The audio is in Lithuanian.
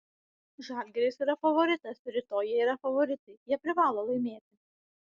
žalgiris yra favoritas rytoj jie yra favoritai jie privalo laimėti